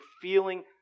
feeling